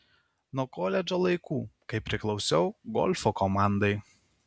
nuo koledžo laikų kai priklausiau golfo komandai